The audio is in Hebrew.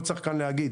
לא צריך כאן להגיד.